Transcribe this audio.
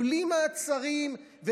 בלי מעצרים,